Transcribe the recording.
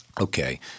okay –